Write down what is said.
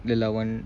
dia lawan